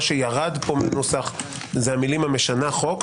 מה שירד מהנוסח זה המילים: המשנה חוק.